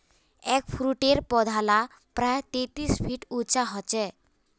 एगफ्रूटेर पौधा ला प्रायः तेतीस फीट उंचा होचे